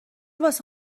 واسه